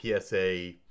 PSA